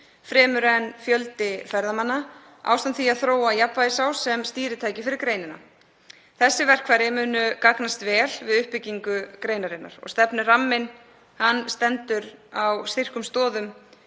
fremur en fjöldi ferðamanna, ásamt því að þróa Jafnvægisás ferðamála sem stýritæki fyrir greinina. Þessi verkfæri munu gagnast vel við uppbyggingu greinarinnar og stefnuramminn stendur á styrkum stoðum